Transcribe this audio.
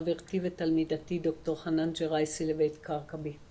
חברתי ותלמידתי ד"ר ג'ראייסי לבית כרכבי.